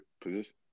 position